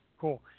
cool